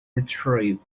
retrieved